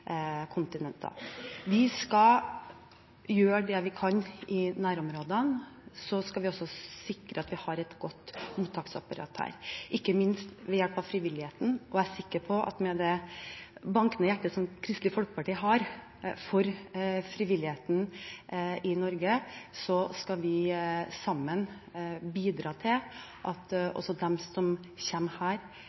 kontinenter. Vi skal gjøre det vi kan i nærområdene. Så skal vi sikre at vi også har et godt mottaksapparat her, ikke minst ved hjelp av frivilligheten, og jeg er sikker på at med det bankende hjertet som Kristelig Folkeparti har for frivilligheten i Norge, skal vi sammen bidra til at de som